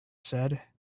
said